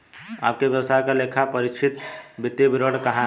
आपके व्यवसाय का लेखापरीक्षित वित्तीय विवरण कहाँ है?